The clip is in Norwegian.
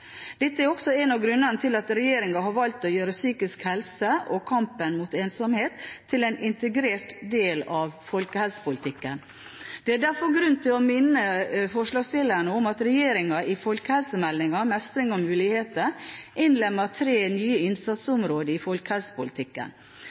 Dette er også en av grunnene til at regjeringen har valgt å gjøre psykisk helse og kampen mot ensomhet til en integrert del av folkehelsepolitikken. Det er derfor grunn til å minne forslagsstillerne om at regjeringen i «Folkehelsemeldingen: Mestring og muligheter» innlemmet tre nye